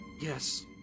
Yes